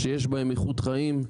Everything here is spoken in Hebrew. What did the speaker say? שיש בהם איכות חיים,